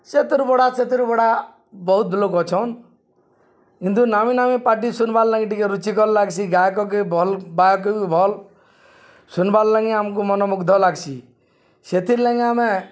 ସେଥିରୁ ବଡ଼ା ସେଥିରୁ ବଡ଼ା ବହୁତ୍ ଲୋକ୍ ଅଛନ୍ କିନ୍ତୁ ନାମି ନାମି ପାର୍ଟି ଶୁନ୍ବାର୍ ଲାଗି ଟିକେ ରୁଚିକର୍ ଲାଗ୍ସି ଗାୟକକେ ଭଲ୍ ବାୟକ ବି ଭଲ୍ ଶୁନ୍ବାର୍ ଲାଗି ଆମ୍କୁ ମନମୁଗ୍ଧ ଲାଗ୍ସି ସେଥିର୍ଲାଗି ଆମେ